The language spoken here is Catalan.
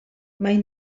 mai